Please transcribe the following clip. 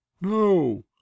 no